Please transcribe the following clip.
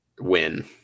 win